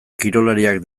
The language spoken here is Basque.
kirolariak